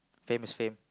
fame is fame